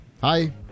Hi